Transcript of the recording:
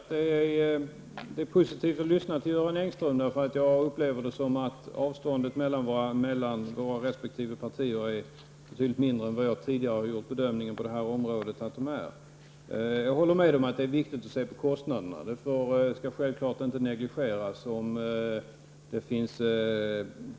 Fru talman! Jag får än en gång konstatera att det är positivt att lyssna till Göran Engström, för jag upplever det som att avståndet mellan våra resp. partier är betydligt mindre än vad jag tidigare har bedömt på det här området. Jag håller med om att det är viktigt att se på kostnaderna. Det skall självfallet inte nonchaleras, om det nu finns